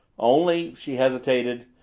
only, she hesitated,